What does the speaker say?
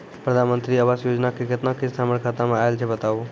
प्रधानमंत्री मंत्री आवास योजना के केतना किस्त हमर खाता मे आयल छै बताबू?